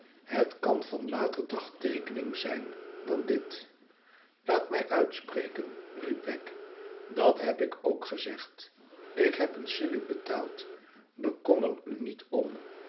venus aan hetkanvan later dagteekening zijn dan dit laat mij uitspreken riep wegg dat heb ik ook gezegd ik heb een shilling betaald bekommer u niet om